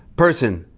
person,